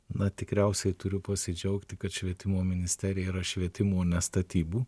na tikriausiai turiu pasidžiaugti kad švietimo ministerija yra švietimo o ne statybų